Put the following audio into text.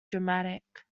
dramatic